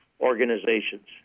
organizations